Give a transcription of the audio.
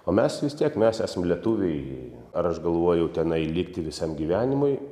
o mes vis tiek mes esam lietuviai ar aš galvojau tenai likti visam gyvenimui